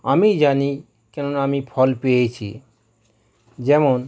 আমি জানি কেননা আমি ফল পেয়েছি যেমন